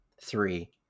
Three